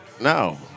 No